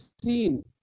seen